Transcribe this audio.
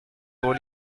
pour